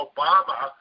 Obama